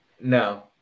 No